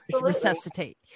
resuscitate